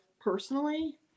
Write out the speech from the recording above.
personally